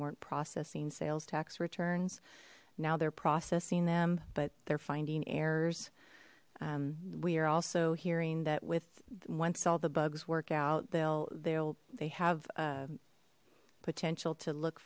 weren't processing sales tax returns now they're processing them but they're finding errors we are also hearing that with once all the bugs work out they'll they'll they have potential to look